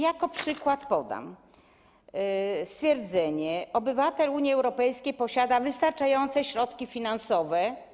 Jako przykład podam stwierdzenie: obywatel Unii Europejskiej posiada wystarczające środki finansowe.